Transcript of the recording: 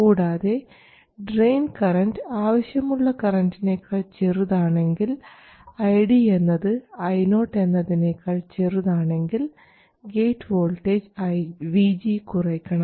കൂടാതെ drain current ആവശ്യമുള്ള കറൻറിനേക്കാൾ ചെറുതാണെങ്കിൽ ID എന്നത് Io എന്നതിനേക്കാൾ ചെറുതാണെങ്കിൽ ഗേറ്റ് വോൾട്ടേജ് VG കുറയ്ക്കണം